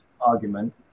argument